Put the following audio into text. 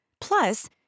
Plus